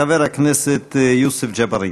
חבר הכנסת יוסף ג'בארין.